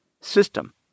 system